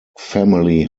family